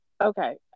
okay